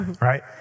right